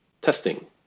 Testing